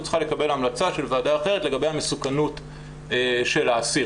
צריכה לקבל המלצה של ועדה אחרת לגבי המסוכנות של האסיר